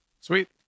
sweet